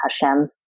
Hashem's